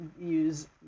use